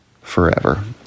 forever